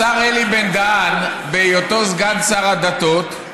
השר אלי בן-דהן, בהיותו סגן שר הדתות,